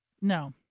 No